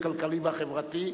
הכלכלי והחברתי,